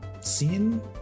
seen